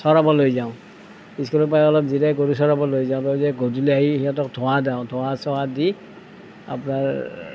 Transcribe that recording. চৰাবলৈ যাওঁ স্কুলৰ পৰা অলপ জিৰাই গৰু চৰাবলৈ যাওঁ লৈ যায় গধূলি আহি সিহঁতক ধোঁৱা দিওঁ ধোঁৱা চোঁৱা দি আপোনাৰ